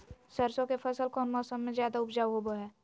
सरसों के फसल कौन मौसम में ज्यादा उपजाऊ होबो हय?